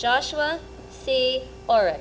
joshua or